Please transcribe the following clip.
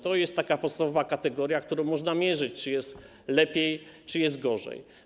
To jest taka podstawowa kategoria, którą można mierzyć, czy jest lepiej, czy jest gorzej.